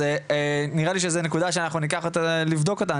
אז נראה לי שזו נקודה שאנחנו ניקח אותה על מנת לבדוק אותה,